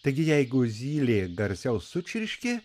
taigi jeigu zylė garsiau sučirškė